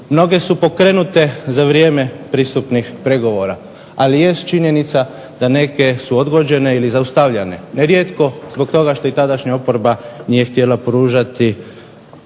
Mnoge su pokrenute za vrijeme pristupnih pregovora, ali jest činjenica da neke su odgođene ili zaustavljane. Rijetko zbog toga što tadašnja oporba nije htjela pružati